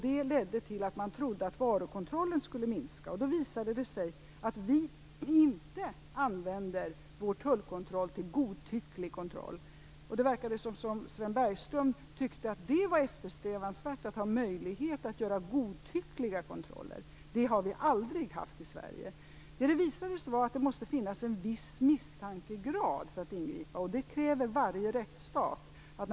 Det ledde till att man trodde att varukontrollen skulle minska. Det visade sig att vi inte använder vår tullkontroll för godtycklig kontroll. Det verkade som om Sven Bergström tyckte att det var eftersträvansvärt att ha möjlighet att göra godtyckliga kontroller. Det har vi aldrig haft i Sverige. Det handlade om att det måste finnas en viss grad av misstanke för att ingripa. Det kräver varje rättsstat.